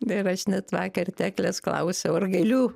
ir aš net vakar teklės klausiau ar galiu